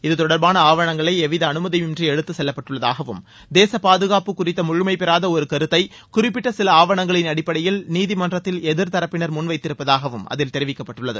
இது தொடர்பாள ஆவணங்களை எவ்வித அனுமதியின்றி எடுத்து செல்லப்பட்டுள்ளதாகவும் தேசப் பாதுகாப்பு குறித்த முழுமை பெறாத ஒரு கருத்தை குறிப்பிட்ட சில ஆவணங்களின் அடிப்படையில் நீதிமன்றத்தில் எதிர் தரப்பினா் முன் வைத்திருப்பதாகவும் அதில் தெரிவிக்கப்பட்டுள்ளது